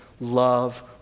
love